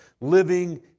Living